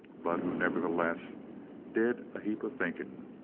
but who nevertheless did a heap of thinking.